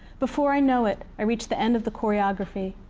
before i know it, i reach the end of the choreography.